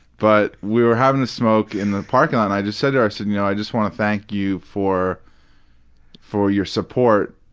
but we were having a smoke in the parking lot and i just said to her, i said, you know i just wanna thank you for for your support,